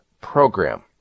program